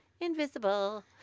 invisible